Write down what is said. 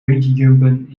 bungeejumpen